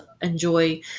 enjoy